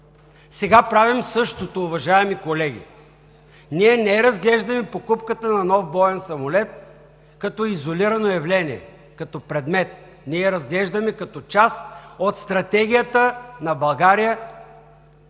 Сега правим същото, уважаеми колеги. Ние не разглеждаме покупката на нов боен самолет като изолирано явление, като предмет. Ние я разглеждаме като част от стратегията на България